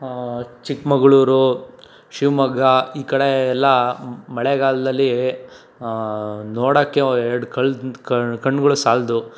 ಚಿಕ್ಕಮಗಳೂರು ಶಿವಮೊಗ್ಗ ಈ ಕಡೆ ಎಲ್ಲ ಮಳೆಗಾಲದಲ್ಲಿ ನೋಡೋಕ್ಕೆ ಎರಡು ಕಲ್ದ ಕಣ್ಣುಗಳು ಸಾಲದು